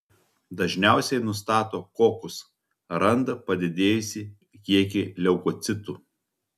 dažniausiai nustato kokus randa padidėjusį kiekį leukocitų